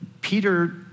Peter